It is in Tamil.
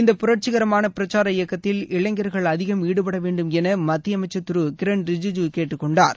இந்த புரட்சிகரமான பிரசார இயக்கத்தில் இளைஞர்கள் அதிகம் ஈடுபட வேண்டும் என மத்திய அமைச்சர் திகு கிரண் ரிஜிஜூ கேட்டுக் கொண்டார்